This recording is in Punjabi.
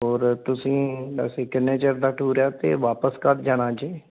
ਔਰ ਤੁਸੀਂ ਵੈਸੇ ਕਿੰਨੇ ਚਿਰ ਦਾ ਟੂਰ ਆ ਅਤੇ ਵਾਪਸ ਕਦੋਂ ਜਾਣਾ ਜੀ